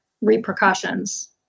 repercussions